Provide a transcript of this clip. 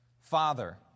Father